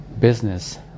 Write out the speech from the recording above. Business